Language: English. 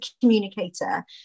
communicator